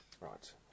Right